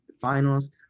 finals